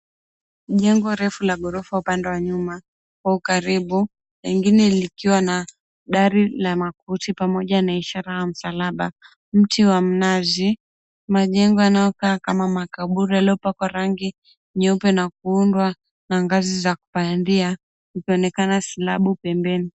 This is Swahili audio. Jengo refu la ghorofa upande wa nyuma kwa ukaribu lengine likiwa na dari la makuti pamoja na ishara ya msalaba, mti wa mnazi, majengo yanayokaa kama makaburi yaliopakwa rangi nyeupe na kuundwa na ngazi za kupandia ikioneka silabu pembeni.